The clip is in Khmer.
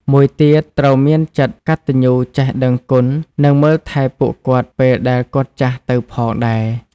មួយទៀតត្រូវមានមានចិត្តកត្តញ្ញូចេះដឹងគុណនិងមើលថែពួកគាត់ពេលដែលគាត់ចាស់ទៅផងដែរ។